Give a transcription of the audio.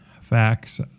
facts